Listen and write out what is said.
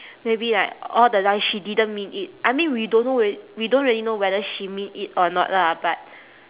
maybe like all the lies she didn't mean it I mean we don't know re~ we don't really know whether she mean it or not lah but